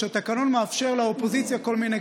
מה זה ניסיון?